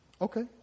okay